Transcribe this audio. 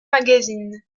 magazines